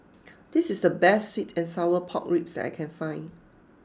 this is the best Sweet and Sour Pork Ribs that I can find